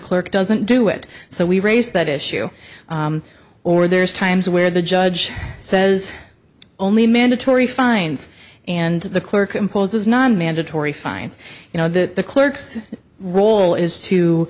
clerk doesn't do it so we raise that issue or there's times where the judge says only mandatory fines and the clerk imposes non mandatory fines you know that the clerk's role is to